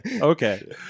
okay